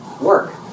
work